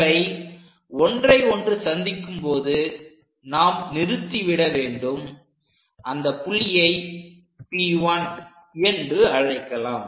இவை ஒன்றை ஒன்று சந்திக்கும்போது நாம் நிறுத்திவிட வேண்டும் அந்த புள்ளியை P1 என்று அழைக்கலாம்